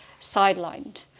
sidelined